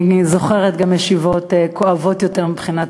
אני זוכרת גם ישיבות כואבות יותר מבחינת